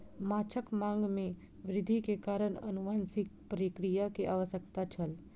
माँछक मांग में वृद्धि के कारण अनुवांशिक प्रक्रिया के आवश्यकता छल